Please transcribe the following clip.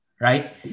right